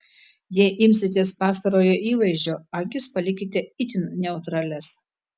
jei imsitės pastarojo įvaizdžio akis palikite itin neutralias